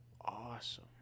awesome